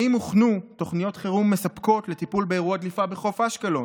האם הוכנו תוכניות חירום מספקות לטיפול באירוע דליפה בחוף אשקלון?